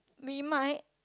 we might